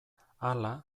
hala